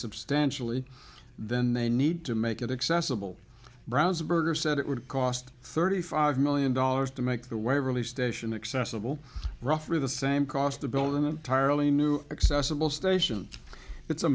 substantially then they need to make it accessible brownsburg are said it would cost thirty five million dollars to make the waverley station accessible roughly the same cost to build an entirely new accessible station it's a